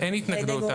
אין התנגדות.